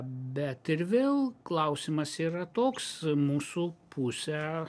bet ir vėl klausimas yra toks mūsų pusė